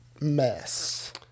mess